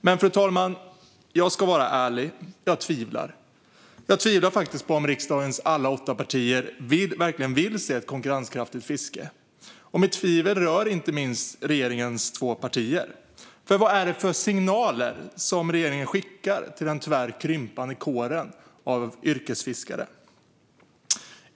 Men, fru talman, jag ska vara ärlig: Jag tvivlar faktiskt på att riksdagens alla åtta partier verkligen vill se ett konkurrenskraftigt fiske. Mitt tvivel rör inte minst regeringens två partier, för vad är det för signaler som regeringen skickar till den tyvärr krympande kåren av yrkesfiskare?